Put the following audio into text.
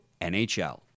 NHL